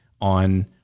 on